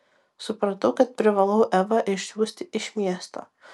supratau kad privalau evą išsiųsti iš miesto